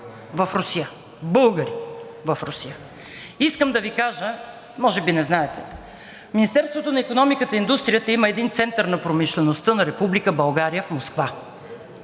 в Русия – българи в Русия. Искам да Ви кажа, може би не знаете – Министерството на икономиката и индустрията има един Център на промишлеността на Република България в Москва